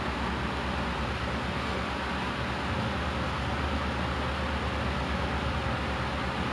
like is so ingrained in our society that it's like super hard for like the society to change